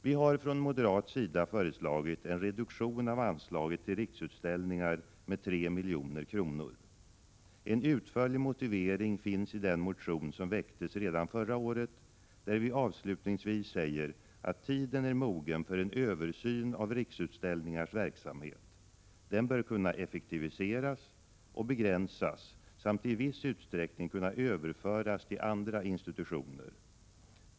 Vi har från moderat sida föreslagit en reduktion av anslaget till Riksutställningar med 3 milj.kr. En utförlig motivering finns i den motion som väcktes redan förra året där vi avslutningsvis säger att tiden är mogen för en översyn av Riksutställningars verksamhet. Den bör kunna effektiviseras och begränsas samt i viss utsträckning kunna överföras till andra institutioner.